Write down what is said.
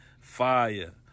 Fire